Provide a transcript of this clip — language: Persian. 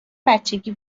بچگی